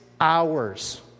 hours